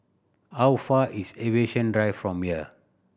how far is Aviation Drive from here